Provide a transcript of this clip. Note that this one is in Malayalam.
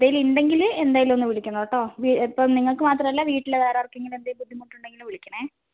എന്തെങ്കിലും ഉണ്ടെങ്കിൽ എന്തായാലും ഒന്ന് വിളിക്കണം കേട്ടോ ഇപ്പം നിങ്ങൾക്ക് മാത്രമല്ല വീട്ടിൽ വേറെ ആർക്കെങ്കിലും എന്തെങ്കിലും ബുദ്ധിമുട്ടുണ്ടെങ്കിൽ വിളിക്കണേ